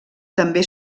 també